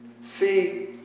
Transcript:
see